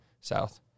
South